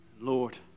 Lord